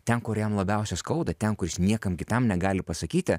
ten kur jam labiausia skauda ten kur jis niekam kitam negali pasakyti